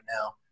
now